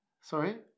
sorry